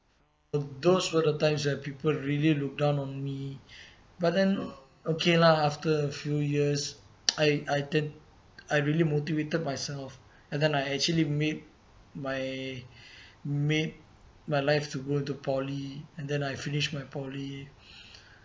those were the times that people really look down on me but then okay lah after a few years I I then I really motivated myself and then I actually made my made my life to go to poly and then I finished my poly